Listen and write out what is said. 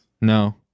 No